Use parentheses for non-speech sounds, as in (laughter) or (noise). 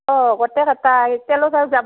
অ' গোটেইকেইটাই (unintelligible)